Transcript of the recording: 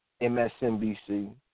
MSNBC